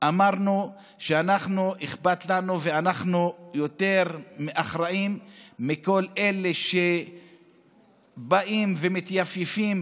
אמרנו שאכפת לנו ואנחנו יותר אחראים מכל אלה שבאים ומתייפייפים